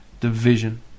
division